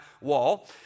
wall